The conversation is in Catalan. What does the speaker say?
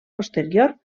posterior